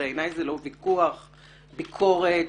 בעיני זה לא ויכוח זו ביקורת.